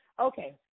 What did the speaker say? Okay